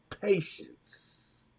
patience